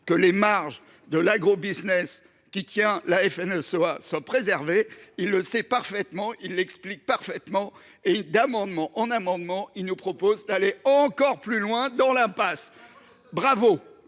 que les marges de l’agrobusiness, qui tient la FNSEA, soient préservées. Il le sait et l’explique parfaitement, et pourtant, d’amendement en amendement, il nous propose d’aller toujours plus loin dans l’impasse. Bravo !